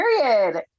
period